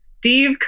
Steve